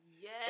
Yes